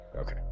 Okay